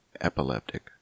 Epileptic